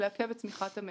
לעכב את צמיחת המשק.